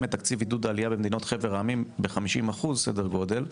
את תקציב עידוד עלייה ממדינות חבר העמים ב-50% סדר גודל.